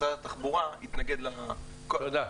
משרד התחבורה התנגד --- תודה.